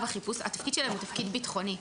החיפוש התפקיד שלהם הוא תפקיד ביטחוני,